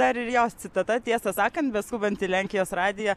dar ir jos citata tiesą sakant beskubant į lenkijos radiją